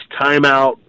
timeout